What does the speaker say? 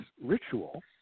ritual